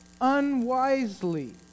unwisely